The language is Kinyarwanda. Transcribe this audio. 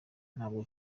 ntabwo